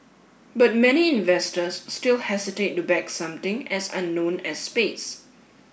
but many investors still hesitate to back something as unknown as space